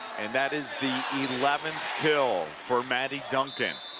and that is the eleventh kill for maddy duncan